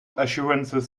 assurances